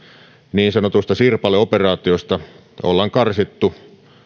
niin sanotuista sirpaleoperaatioista ollaan karsittu